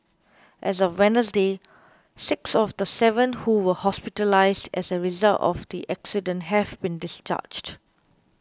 as of Wednesday six of the seven who were hospitalised as a result of the accident have been discharged